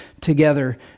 together